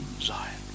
Zion